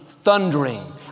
thundering